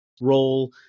role